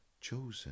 chosen